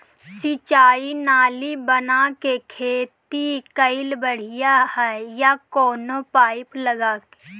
सिंचाई नाली बना के खेती कईल बढ़िया ह या कवनो पाइप लगा के?